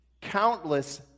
countless